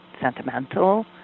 sentimental